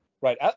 right